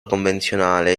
convenzionale